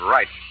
Right